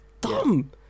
dumb